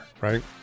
right